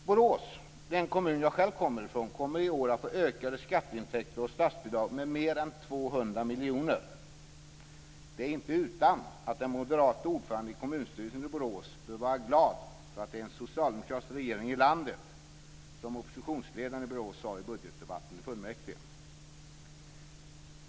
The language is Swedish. Borås - den kommun jag själv kommer ifrån - kommer i år att få ökade skatteintäkter och statsbidrag med mer än 200 miljoner. Det är inte utan att den moderate ordföranden i kommunstyrelsen i Borås bör vara glad över att det är en socialdemokratisk regering i landet, som oppositionsledaren i Borås sade i budgetdebatten i fullmäktige.